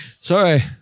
Sorry